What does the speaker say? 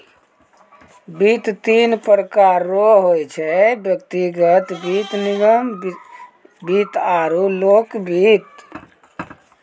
वित्त तीन प्रकार रो होय छै व्यक्तिगत वित्त निगम वित्त आरु लोक वित्त